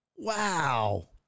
Wow